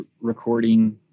recording